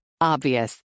Obvious